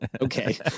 Okay